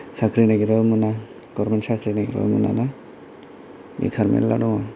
साख्रि नागिरबाबो मोना गभर्नमेन्त साख्रि नागिरबाबो मोनाना बेखार मेल्ला दङ